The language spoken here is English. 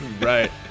Right